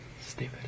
Stupid